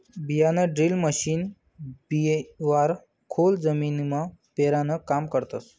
बियाणंड्रील मशीन बिवारं खोल जमीनमा पेरानं काम करस